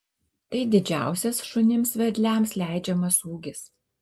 tai didžiausias šunims vedliams leidžiamas ūgis